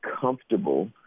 comfortable